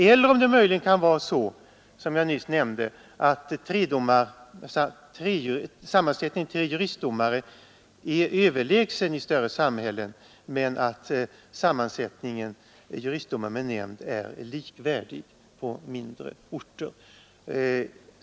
Eller kan det möjligen vara så — som jag nyss nämnde — att sammansättningen med tre juristdomare är överlägsen i större samhällen, medan sammansättningen juristdomare med nämnd är likvärdig på mindre orter?